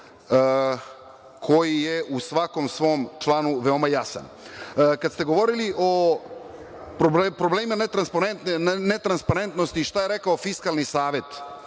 koji je u svakom svom članu veoma jasan. Kada ste govorili o problemima netransparentnosti i šta je rekao Fiskalni savet,